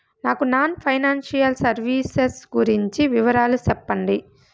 నాకు non financial services గురించి వివరాలు సెప్పండి?